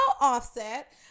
offset